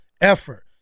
effort